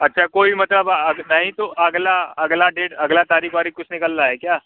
अच्छा कोई मतलब नहीं तो अगली अगली डेट अगली तारीख़ वारिख़ कुछ निकल रही है क्या